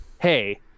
hey